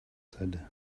said